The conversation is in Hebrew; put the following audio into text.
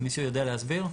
מישהו יודע להסביר?